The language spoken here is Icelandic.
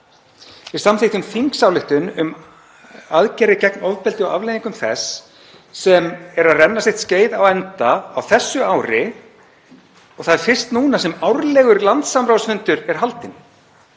Við samþykktum þingsályktun um aðgerðir gegn ofbeldi og afleiðingum þess sem er að renna sitt skeið á enda á þessu ári og það er fyrst núna sem árlegur landssamráðsfundur er haldinn.